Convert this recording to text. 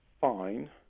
fine